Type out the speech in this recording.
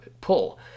pull